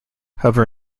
however